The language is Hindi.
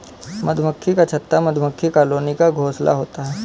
मधुमक्खी का छत्ता मधुमक्खी कॉलोनी का घोंसला होता है